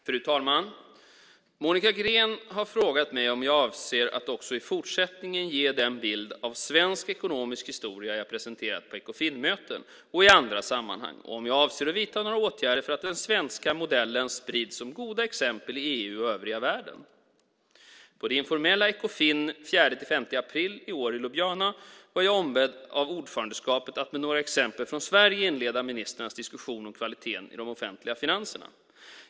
Fru talman! Monica Green har frågat mig om jag avser att också i fortsättningen ge den bild av svensk ekonomisk historia jag har presenterat på Ekofinmöten och i andra sammanhang, och om jag avser att vidta några åtgärder för att den svenska modellen sprids som goda exempel i EU och övriga världen. På det informella Ekofin den 4-5 april i år i Ljubljana var jag ombedd av ordförandeskapet att med några exempel från Sverige inleda ministrarnas diskussion om kvalitet i de offentliga finanserna.